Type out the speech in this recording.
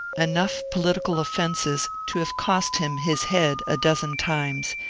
enough political offences to have cost him his head a dozen times,